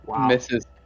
misses